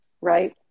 right